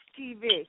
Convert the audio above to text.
TV